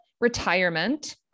retirement